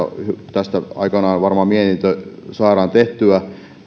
tästä aikanaan varmaan mietintö saadaan tehtyä